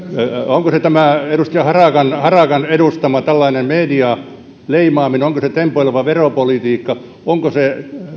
onko se tämä edustaja harakan harakan edustama medialeimaaminen onko se tempoileva veropolitiikka onko se